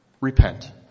repent